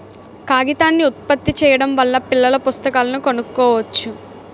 కాగితాన్ని ఉత్పత్తి చేయడం వల్ల పిల్లల పుస్తకాలను కొనుక్కోవచ్చు